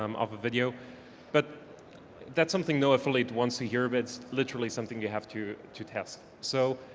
um off a video but that's something no affiliate wants to hear but it's literally something you have to to test. so